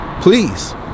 Please